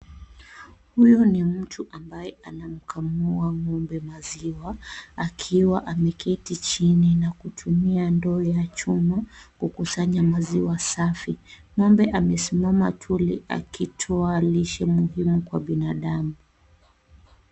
Huyu ni mtu ambaye anamkamua ng'ombe maziwa akiwa ameketi chini na kutumia ndoo ya chuma kukusanya maziwa safi. Ng'ombe amesimama tuli akitoa lishe muhimu kwa binadamu.